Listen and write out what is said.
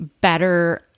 better